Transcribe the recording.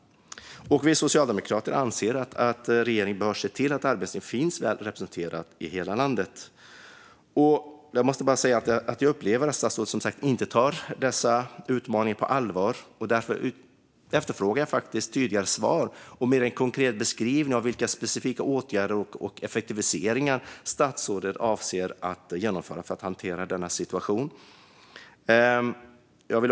Socialdemokraterna anser därför att regeringen bör se till att Arbetsförmedlingen finns representerad i hela landet. Jag upplever att statsrådet inte tar dessa utmaningar på allvar. Jag efterfrågar därför tydligare svar och mer konkret beskrivning av vilka specifika åtgärder och effektiviseringar statsrådet avser att genomföra för att hantera situationen.